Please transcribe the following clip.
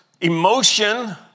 emotion